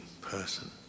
person